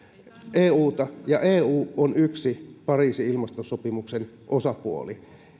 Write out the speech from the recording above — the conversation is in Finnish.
euta ja eu on yksi pariisin ilmastosopimuksen osapuoli